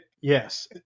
yes